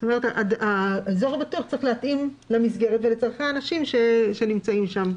" כלומר האזור הבטוח צריך להתאים למסגרת ולצורכי האנשים שנמצאים שם,